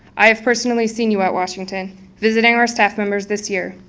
i have personally seen you at washington visiting our staff members this year.